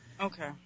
Okay